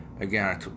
again